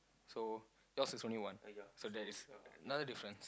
so yours is only one right so that is another difference